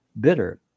bitter